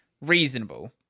reasonable